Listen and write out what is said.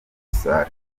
salah